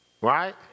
Right